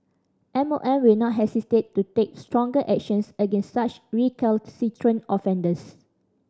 M O M will not hesitate to take stronger actions against such recalcitrant offenders